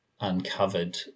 uncovered